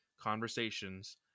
conversations